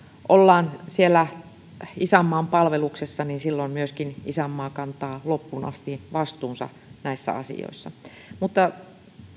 ollaan isänmaan palveluksessa niin silloin myöskin isänmaa kantaa loppuun asti vastuunsa näissä asioissa mutta